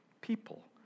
people